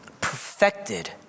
Perfected